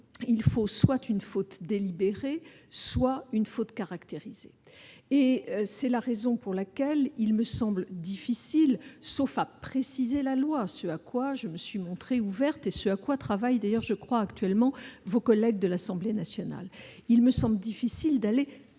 faut soit une faute délibérée, soit une faute caractérisée. C'est la raison pour laquelle il me semble difficile, sauf à préciser la loi, ce à quoi je me suis montrée ouverte et ce à quoi travaillent actuellement, je crois, vos collègues de l'Assemblée nationale, d'aller